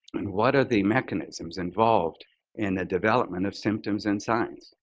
and what are the mechanisms involved in the development of symptoms and signs?